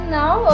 now